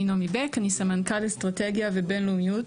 אני נעמי בק, סמנכ"ל אסטרטגיה ובין-לאומיות